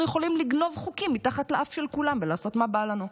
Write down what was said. אנחנו יכולים לגנוב חוקים מתחת לאף של כולם ולעשות מה שבא לנו,